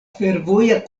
fervoja